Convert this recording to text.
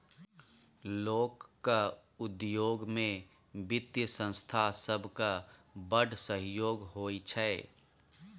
लोकक उद्योग मे बित्तीय संस्था सभक बड़ सहयोग होइ छै